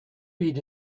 been